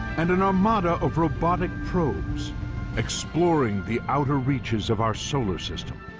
and an armada of robotic probes exploring the outer reaches of our solar system,